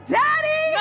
daddy